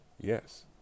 Yes